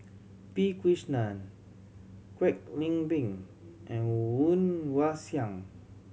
P Krishnan Kwek Leng Beng and Woon Wah Siang